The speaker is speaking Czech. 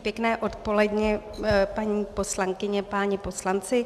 Pěkné odpoledne, paní poslankyně, páni poslanci.